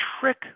trick